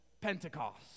Pentecost